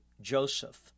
Joseph